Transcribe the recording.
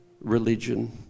religion